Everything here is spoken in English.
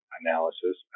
analysis